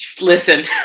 Listen